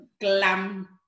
glam